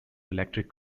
electric